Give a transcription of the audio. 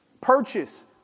Purchase